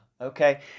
Okay